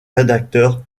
rédacteur